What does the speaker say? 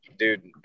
Dude